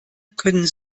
können